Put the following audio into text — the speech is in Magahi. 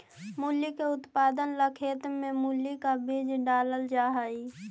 मूली के उत्पादन ला खेत में मूली का बीज डालल जा हई